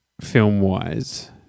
film-wise